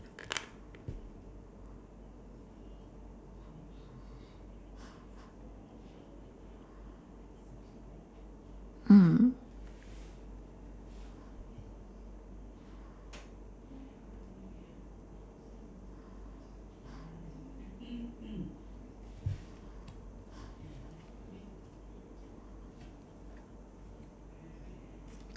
mm